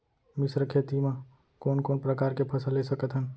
मिश्र खेती मा कोन कोन प्रकार के फसल ले सकत हन?